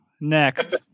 next